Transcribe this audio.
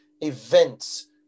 events